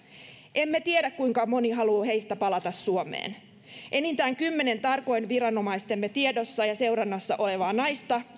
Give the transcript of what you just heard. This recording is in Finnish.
emme tiedä kuinka moni heistä haluaa palata suomeen enintään kymmenen tarkoin viranomaistemme tiedossa ja seurannassa olevaa naista